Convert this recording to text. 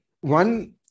One